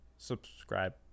Subscribe